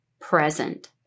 present